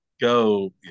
Go